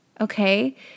Okay